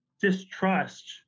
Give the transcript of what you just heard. distrust